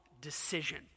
decision